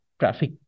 traffic